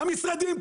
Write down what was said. המשרדים,